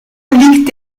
liegt